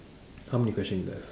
how many question you left